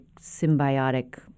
symbiotic